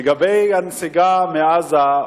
לגבי הנסיגה מעזה,